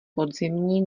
podzimní